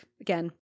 Again